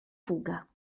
fuga